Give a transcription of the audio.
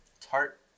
tart